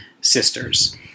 Sisters